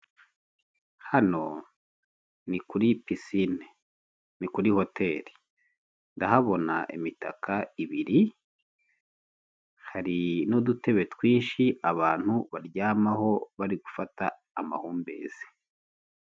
Hano ni kuri pisine ni kuri hoteli ndahabona imitaka ibiri, hari n'udutebe twinshi abantu baryamaho bari gufata amahumbezi.